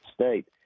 state